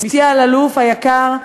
מסייה אלאלוף היקר,